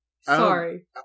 Sorry